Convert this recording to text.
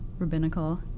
Rabbinical